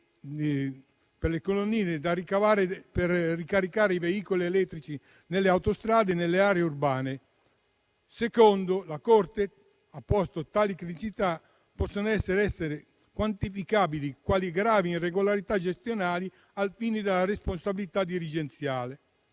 per le colonnine per ricaricare i veicoli elettrici nelle autostrade e nelle aree urbane. In secondo luogo, la Corte ha posto che tali criticità possono essere quantificabili quali gravi irregolarità gestionali ai fini della responsabilità dirigenziale.